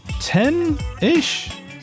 Ten-ish